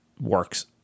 works